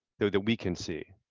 that we can see.